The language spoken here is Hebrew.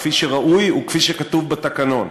כפי שראוי וכפי שכתוב בתקנון,